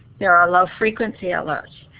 there are low frequency alerts.